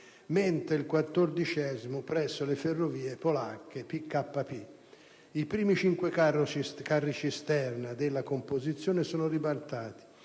mentre il quattordicesimo presso le ferrovie polacche PKP. I primi cinque carri cisterna della composizione sono ribaltati,